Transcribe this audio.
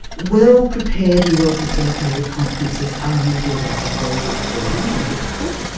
well-prepared and well-facilitated conferences are indeed a ah very good forum. they're difficult,